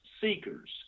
seekers